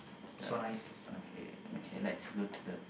ya okay okay okay let's go to the